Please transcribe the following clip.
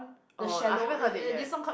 oh like I haven't heard it yet